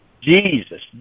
Jesus